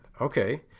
okay